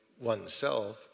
oneself